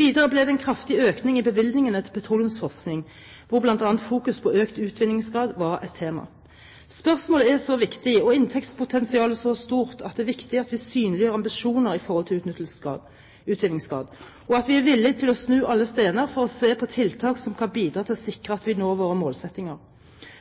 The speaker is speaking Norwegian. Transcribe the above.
Videre ble det en kraftig økning i bevilgningene til petroleumsforskning, hvor bl.a. fokus på økt utvinningsgrad var et tema. Spørsmålet er så viktig og inntektspotensialet så stort at det er viktig at vi synliggjør ambisjoner i forhold til utvinningsgrad, og at vi er villig til å snu alle stener for å se på tiltak som kan bidra til å sikre at vi når våre målsettinger.